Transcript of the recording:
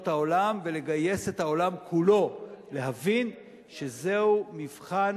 העולם ולגייס את העולם כולו להבין שזה מבחן,